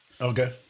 Okay